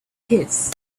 his